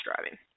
driving